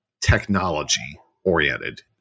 technology-oriented